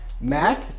Mac